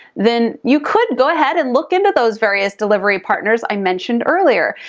then you could go ahead and look into those various delivery partners i mentioned earlier.